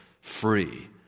free